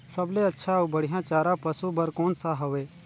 सबले अच्छा अउ बढ़िया चारा पशु बर कोन सा हवय?